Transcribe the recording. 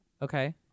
Okay